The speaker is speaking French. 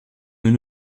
nous